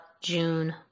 June